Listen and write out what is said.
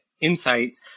insights